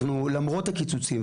למרות הקיצוצים,